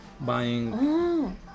buying